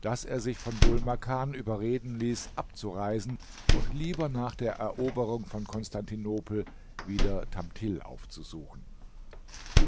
daß er sich von dhul makan überreden ließ abzureisen und lieber nach der eroberung von konstantinopel wieder tamthil aufzusuchen